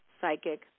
psychic